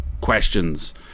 questions